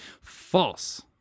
False